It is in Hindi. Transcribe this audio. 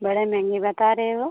बड़ा महँगा बता रहे हो